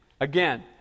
again